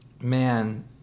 Man